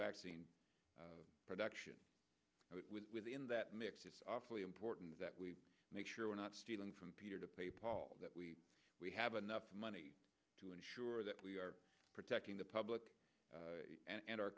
vaccine production with the in that mix it's awfully important that we make sure we're not stealing from peter to pay paul that we we have enough money to ensure that we are protecting the public and